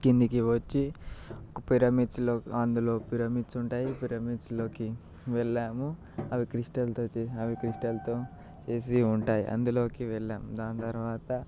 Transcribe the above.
క్రిందికి వచ్చి ఒక పిరమిడ్స్లో అందులో పిరమిడ్స్ ఉంటాయి పిరమిడ్స్లోకి వెళ్ళాము అవి క్రిస్టల్తో అవి క్రిస్టల్తో చేసి ఉంటాయి అందులోకి వెళ్ళాము దాని తరువాత